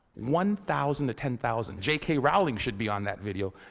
one thousand to ten thousand. j k rowling should be on that video.